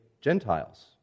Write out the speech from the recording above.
Gentiles